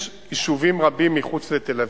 יש יישובים רבים מחוץ לתל-אביב.